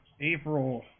April